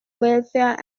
warfare